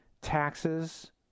taxes